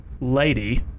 lady